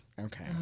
Okay